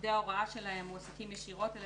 עובדי ההוראה שלהם מועסקים ישירות על